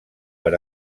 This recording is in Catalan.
per